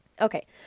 Okay